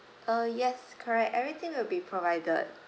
uh yes correct everything will be provided